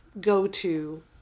go-to